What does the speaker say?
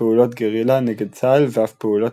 פעולות גרילה נגד צה"ל ואף פעולות